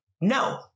No